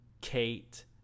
Kate